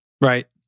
Right